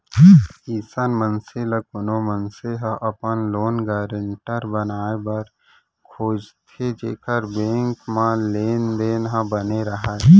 अइसन मनसे ल कोनो मनसे ह अपन लोन गारेंटर बनाए बर खोजथे जेखर बेंक मन म लेन देन ह बने राहय